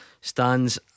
stands